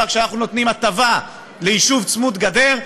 כשאנחנו נותנים הטבה ליישוב צמוד גדר,